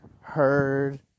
heard